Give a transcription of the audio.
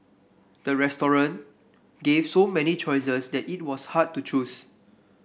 the restaurant gave so many choices that it was hard to choose